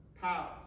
Power